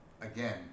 Again